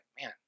man